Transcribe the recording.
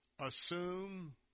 Assume